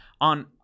on